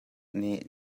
nih